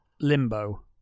limbo